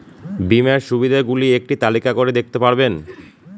বীমার সুবিধে গুলি একটি তালিকা করে দেখাতে পারবেন?